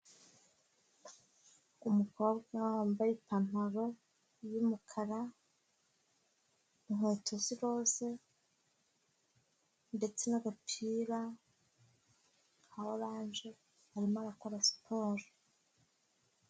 Umukobwa wambaye ipantaro y'umukara, inkweto z'iroze, ndetse n'agapira ka orange arimo akora siporo.